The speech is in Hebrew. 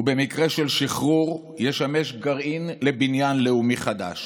ובמקרה של שחרור ישמש גרעין לבניין לאומי חדש,